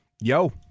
Yo